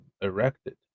erected